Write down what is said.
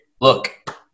look